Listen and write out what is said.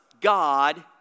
God